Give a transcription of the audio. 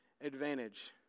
advantage